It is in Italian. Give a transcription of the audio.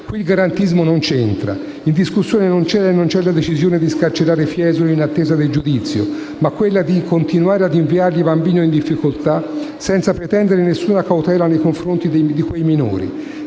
Qui il garantismo non c'entra: in discussione non c'era e non c'è la decisione di scarcerare Fiesoli in attesa del giudizio, ma quella di continuare ad inviargli bambini in difficoltà, senza prendere nessuna cautela nei confronti dei minori.